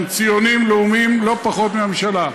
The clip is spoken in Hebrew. הם ציונים לאומיים לא פחות מהממשלה.